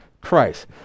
Christ